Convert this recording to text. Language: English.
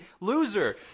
loser